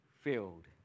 filled